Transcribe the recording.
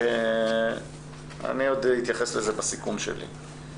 אני אתייחס לזה בסיכום שלי.